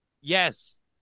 Yes